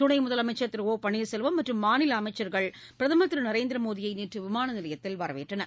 துணை முதலமைச்சர் திரு ஒ பன்னீர்செல்வம் மற்றும் மாநில அமைச்சர்கள் பிரதமர் திருநரேந்திர மோடியை நேற்று விமான நிலையத்தில் வரவேற்றனர்